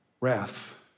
wrath